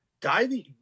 diving